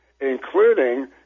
including